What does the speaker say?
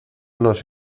nos